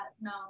no